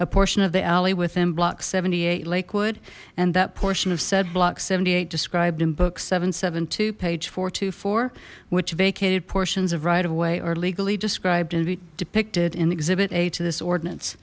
a portion of the alley within block seventy eight lakewood and that portion of said block seventy eight described in book seven seventy two page four four which vacated portions of right away are legally described and depicted in exhibit a this ordinance